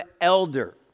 elder